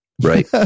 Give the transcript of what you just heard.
Right